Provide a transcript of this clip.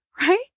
right